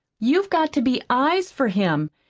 you've got to be eyes for him,